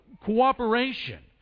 cooperation